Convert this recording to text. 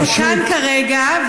אתה כאן כרגע,